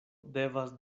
devas